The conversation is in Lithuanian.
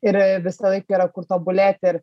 ir visąlaik yra kur tobulėti ir